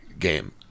Game